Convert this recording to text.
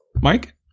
Mike